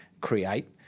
create